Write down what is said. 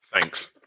Thanks